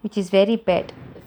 which is very bad